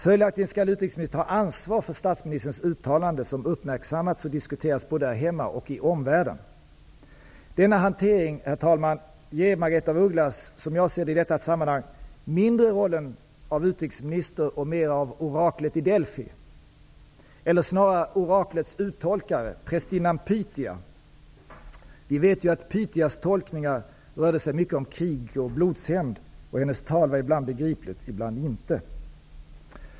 Följaktligen skall utrikesministern ta ansvar för statsministerns uttalande som uppmärksammats och diskuterats både här hemma och i omvärlden. Denna hantering, herr talman, ger Margaretha af Ugglas i detta sammanhang mindre rollen av utrikesminister och mera av oraklet i Delphi -- eller snarare oraklets uttolkare, prästinnan Pythia. Vi vet att Pythias tolkningar rörde sig mycket kring krig och blodshämnd. Hennes tal var ibland begripligt, ibland inte.